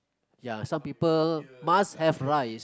ya some people must have rice